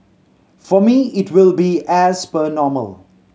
for me it will be as per normal